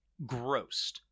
grossed